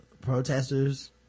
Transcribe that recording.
protesters